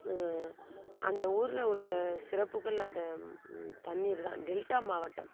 அந்த ஊரில் உள்ள சிறப்புகள் அந்த தண்ணீர்தான் டெல்டா மாவட்டம்